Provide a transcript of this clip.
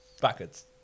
backwards